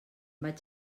vaig